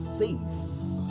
safe